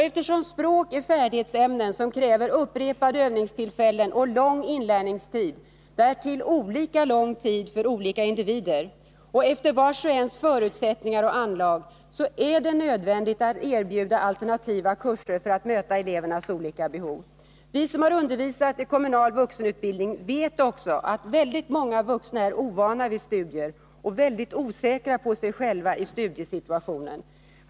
Eftersom språk är färdighetsämnen som kräver upprepade övningstillfällen och lång inlärningstid — olika lång för olika individer efter vars och ens förutsättningar och anlag — är det nödvändigt att erbjuda alternativa kurser för att möta elevernas olika behov. Vi som har undervisat i kommunal vuxenutbildning vet också att väldigt många vuxna är ovana vid studier och mycket osäkra på sig själva i studiesituationen.